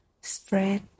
spread